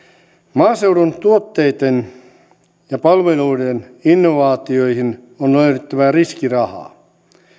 maaseudun tuotteitten ja palveluiden innovaatioihin on löydettävä riskirahaa